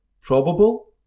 Probable